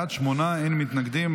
בעד, שמונה, אין מתנגדים.